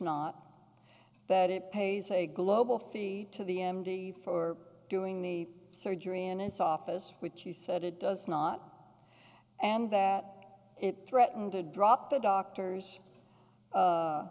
not that it pays a global fee to the m d for doing the surgery and his office which you said it does not and that it threatened to drop the doctors